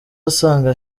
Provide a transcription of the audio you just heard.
asanga